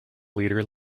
leader